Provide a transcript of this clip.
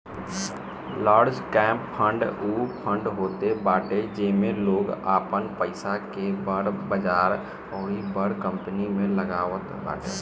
large cap fund उ fund होत बाटे जेमे लोग आपन पईसा के बड़ बजार अउरी बड़ कंपनी में लगावत बाटे